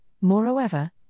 moreover